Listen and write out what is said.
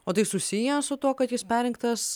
o tai susiję su tuo kad jis perrinktas